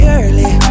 early